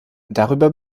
darüber